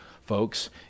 folks